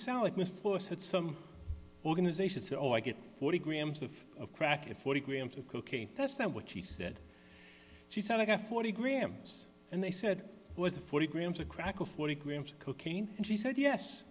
salad with force at some organizations or oh i get forty grams of crack at forty grams of cocaine that's not what she said she said i got forty grams and they said was forty grams of crack or forty grams of cocaine and she said yes